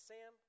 Sam